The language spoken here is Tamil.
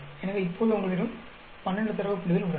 எனவே இப்போது உங்களிடம் 12 தரவு புள்ளிகள் உள்ளன